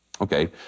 Okay